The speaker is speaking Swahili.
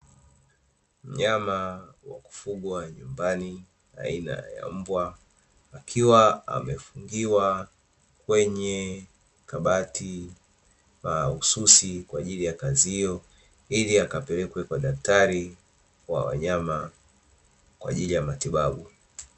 Mnyama wa kufugwa nyumbani aina ya mbwa, akiwa amefungiwa kwenye kabati mahususi kwa ajili ya kazi hiyo ili akapelekwe kwa daktari wa wanyama kwa ajili ya matibabu.